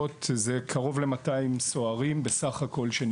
קרוב למאתיים סוהרים, בסך הכל, שנפגשנו איתם.